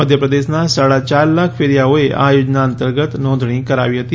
મધ્યપ્રદેશનાં સાડા ચાર લાખ ફેરીયાઓએ આ યોજના અંતર્ગત નોંધાણી કરાવી હતી